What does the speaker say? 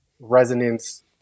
resonance